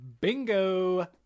Bingo